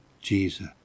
Jesus